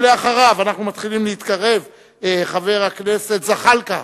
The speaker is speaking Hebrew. אחריו, אנחנו מתחילים להתקרב, חבר הכנסת זחאלקה.